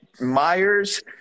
Myers